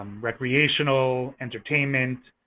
um recreational, entertainment,